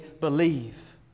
believe